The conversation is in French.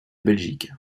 belgique